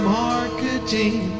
marketing